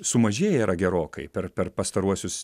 sumažėję yra gerokai per per pastaruosius